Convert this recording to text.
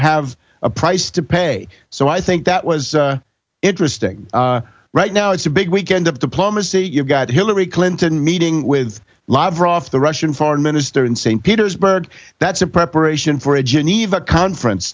have a price to pay so i think that was interesting right now it's a big weekend of diplomacy you've got hillary clinton meeting with a lot prof the russian foreign minister in st petersburg that's in preparation for a geneva conference